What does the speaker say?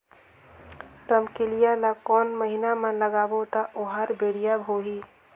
रमकेलिया ला कोन महीना मा लगाबो ता ओहार बेडिया होही?